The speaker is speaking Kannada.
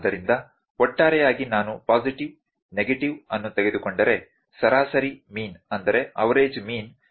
ಆದ್ದರಿಂದ ಒಟ್ಟಾರೆಯಾಗಿ ನಾನು ಪಾಸಿಟಿವ್ ನೆಗೆಟಿವ್ ಅನ್ನು ತೆಗೆದುಕೊಂಡರೆ ಸರಾಸರಿ ಮೀನ್ 0